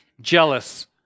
jealous